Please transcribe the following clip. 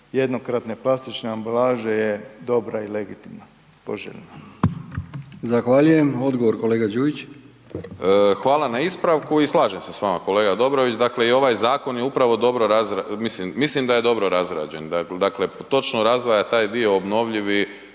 jednokratne plastične ambalaže je dobra i legitimna i poželjna. **Brkić, Milijan (HDZ)** Zahvaljujem. Odgovor kolega Đujić. **Đujić, Saša (SDP)** Hvala na ispravku i slažem se s vama kolega Dobrović, dakle i ovaj zakon je upravo dobro razrađen, mislim, mislim da je dobro razrađen, dakle točno razdvaja taj dio obnovljivi